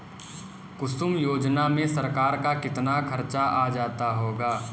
कुसुम योजना में सरकार का कितना खर्चा आ जाता होगा